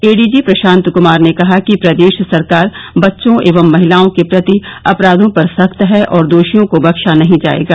ADG Prashant Kumar ने कहा कि प्रदेश सरकार बच्चों एवं महिलाओं के प्रति अपराधों पर सख्त है और दोषियों को बख्शा नहीं जायेगा